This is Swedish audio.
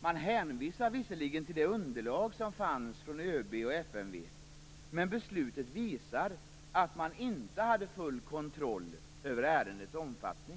Regeringen hänvisar visserligen till det underlag som fanns från ÖB och FMV, men beslutet visar att man inte hade full kontroll över ärendets omfattning.